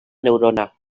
neurona